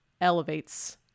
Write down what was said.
elevates